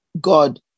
God